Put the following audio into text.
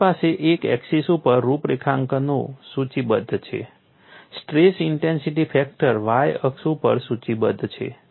તમારી પાસે એક એક્સિસ ઉપર રૂપરેખાંકનો સૂચિબદ્ધ છે સ્ટ્રેસ ઇન્ટેન્સિટી ફેક્ટર y અક્ષ ઉપર સૂચિબદ્ધ છે